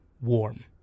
warm